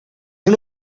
una